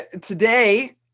today